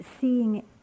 Seeing